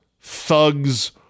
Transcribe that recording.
thugs